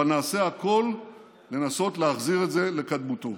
אבל נעשה הכול לנסות להחזיר את זה לקדמותו.